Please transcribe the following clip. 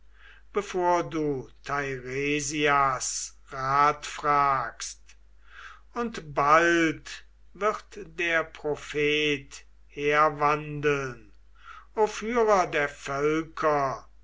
bevor du teiresias ratfragst und bald wird der prophet herwandeln o führer der völker